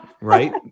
Right